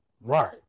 Right